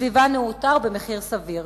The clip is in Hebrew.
בסביבה נאותה ובמחיר סביר,